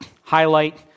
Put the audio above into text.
highlight